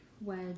wedge